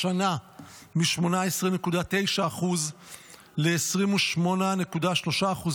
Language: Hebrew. השנה מ-18.9% ל-28.3%.